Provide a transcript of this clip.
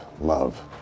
love